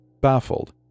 baffled